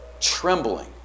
trembling